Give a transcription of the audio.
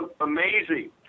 amazing